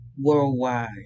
worldwide